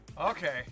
okay